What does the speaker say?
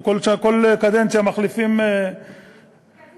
אתם כל קדנציה מחליפים מפלגה.